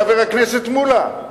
חבר הכנסת מולה,